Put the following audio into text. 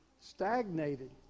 stagnated